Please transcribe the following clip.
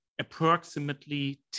approximately